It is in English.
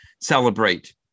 celebrate